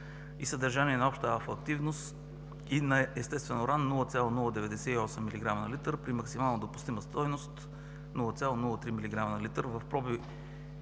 и съдържание на обща алфа- активност и на естествен уран 0,098 милиграма на литър при максимална допустима стойност 0,03 милиграма на литър в проби